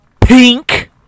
pink